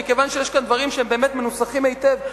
מכיוון שיש כאן דברים שהם באמת מנוסחים היטב,